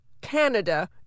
Canada